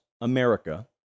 America